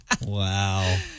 Wow